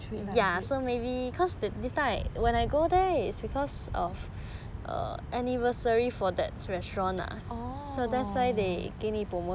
lah is it